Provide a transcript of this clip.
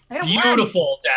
Beautiful